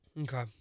Okay